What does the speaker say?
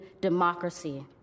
democracy